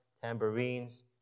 tambourines